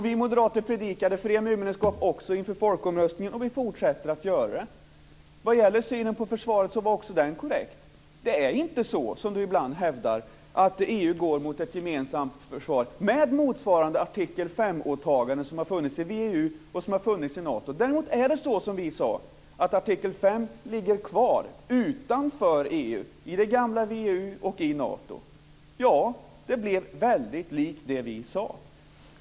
Vi moderater predikade för EMU medlemskap också inför folkomröstningen, och vi fortsätter att göra det. När det gäller synen på försvaret var också den korrekt. Det är inte så, som Lars Ohly ibland hävdar, att EU går mot ett gemensamt försvar med motsvarande artikel 5-åtaganden som har funnits i WEU och som har funnits i Nato. Däremot är det som vi sade, att artikel 5 ligger kvar utanför EU i det gamla WEU och i Nato. Ja, det blev väldigt likt det som vi sade.